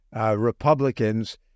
Republicans